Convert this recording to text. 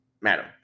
madam